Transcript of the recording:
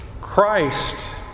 Christ